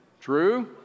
True